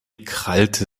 krallte